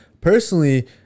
Personally